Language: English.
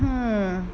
hmm